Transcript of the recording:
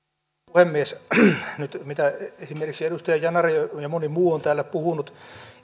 puhemies mitä esimerkiksi edustaja yanar ja moni muu on täällä puhunut